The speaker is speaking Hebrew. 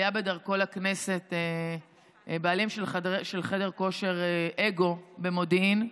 היה בדרכו לכנסת בעלים של חדר כושר אגו במודיעין.